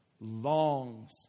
longs